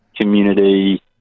community